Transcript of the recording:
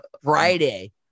Friday